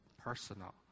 personal